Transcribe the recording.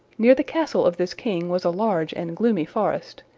near the castle of this king was a large and gloomy forest,